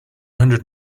hundred